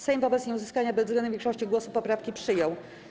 Sejm wobec nieuzyskania bezwzględnej większości głosów poprawki przyjął.